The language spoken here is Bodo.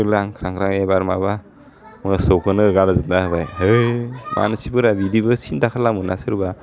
लांख्रांग्रा एबार माबा मोसौखोनो एगार जोबना होबाय होइ मानसिफोरा बिदिबो सिन्था खालामोना सोरबा